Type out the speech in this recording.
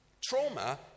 Trauma